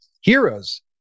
heroes